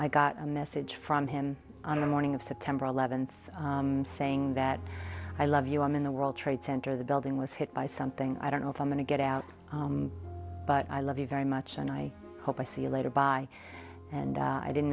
i got a message from him on the morning of september eleventh saying that i love you i'm in the world trade center the building was hit by something i don't know if i'm going to get out but i love you very much and i hope i see you later bye and i didn't